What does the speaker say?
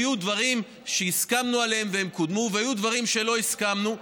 היו דברים שהסכמנו עליהם והם קודמו והיו דברים שלא הסכמנו עליהם.